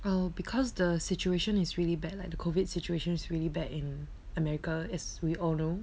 oh because the situation is really bad like the COVID situation is really bad in america as we all know